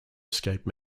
escape